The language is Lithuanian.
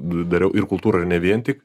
dariau ir kultūra ir ne vien tik